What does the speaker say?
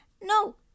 No